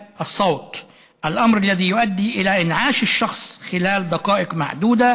מה שגורם להחייאת האדם בתוך דקות ספורות,